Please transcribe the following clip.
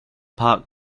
park